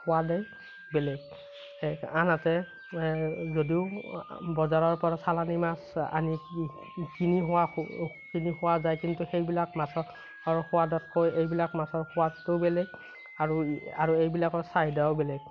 সোৱাদেই বেলেগ আনহাতে যদিও বজাৰৰ পৰা চালানি মাছ আনি কিনি হোৱা কিনি খোৱা যায় কিন্তু সেইবিলাক মাছৰ সোৱাদতকৈ এইবিলাক মাছৰ সোৱাদটো বেলেগ আৰু আৰু এইবিলাকৰ চাহিদাও বেলেগ